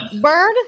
Bird